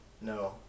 No